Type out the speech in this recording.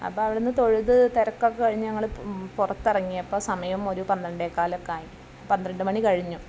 അപ്പം അവിടെ നിന്ന് തൊഴുത് തിരക്കൊക്കെ കഴിഞ്ഞ് ഞങ്ങൾ പുറത്തിറങ്ങിയപ്പം സമയം ഒരു പന്ത്രണ്ടേ കാലൊക്കെ ആയി പന്ത്രണ്ട് മണി കഴിഞ്ഞു